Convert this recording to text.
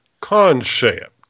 concept